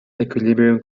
equilibrium